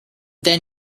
then